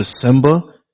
December